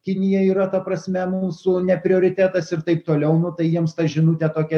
kinija yra ta prasme mūsų ne prioritetas ir taip toliau nu tai jiems ta žinutė tokia